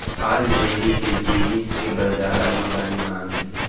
आज डेयरी के जिनिस के बजार म बने मांग हे